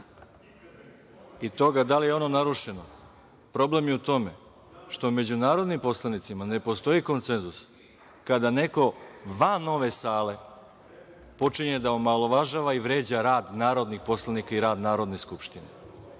i toga da li je ono narušeno, problem je u tome što među narodnim poslanicima ne postoji konsenzus kada neko van ove sale počinje da omalovažava i vređa rad narodnih poslanika i rad Narodne skupštine.